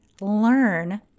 learn